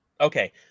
Okay